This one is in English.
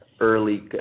Early